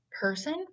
person